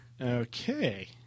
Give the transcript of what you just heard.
Okay